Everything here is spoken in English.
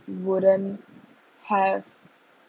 wouldn't have